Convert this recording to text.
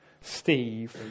Steve